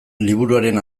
liburuaren